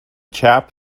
chap